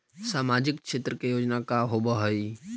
सामाजिक क्षेत्र के योजना का होव हइ?